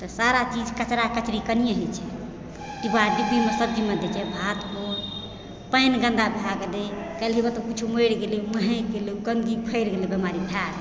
तऽ सारा चीज कचरा कचरी कनिये होइ छै भागदौड़ पानि गन्दा भए गेलै कहीँ कतौ कुछो मरि गेलै महकि गेलै ओ गन्दगी फैल गेलै बीमारी भए गेलै